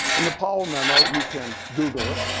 and the powell memo, you can google it